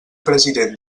president